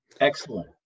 Excellent